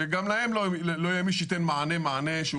שגם להם לא יהיה מי שייתן מענה זמין.